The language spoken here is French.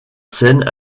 scène